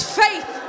faith